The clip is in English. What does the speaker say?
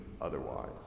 otherwise